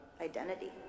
identity